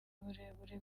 uburebure